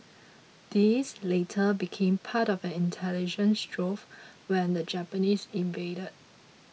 these later became part of an intelligence trove when the Japanese invaded